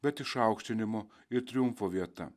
bet išaukštinimo ir triumfo vieta